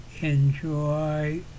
enjoy